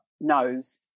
knows